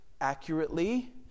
accurately